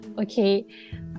Okay